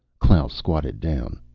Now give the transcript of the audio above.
klaus squatted down.